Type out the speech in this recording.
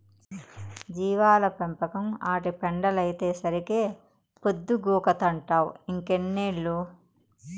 జీవాల పెంపకం, ఆటి పెండలైతేసరికే పొద్దుగూకతంటావ్ ఇంకెన్నేళ్ళు